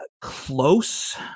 close